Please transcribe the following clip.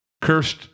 Cursed